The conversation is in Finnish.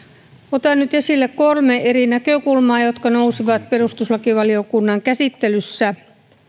otan nyt esille kolme eri näkökulmaa jotka nousivat perustuslakivaliokunnan käsittelyssä